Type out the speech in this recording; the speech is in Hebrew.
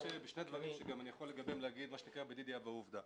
שני דברים שאני יכול לגביהם להגיד בדידי הווה עובדא.